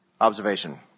observation